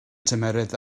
tymheredd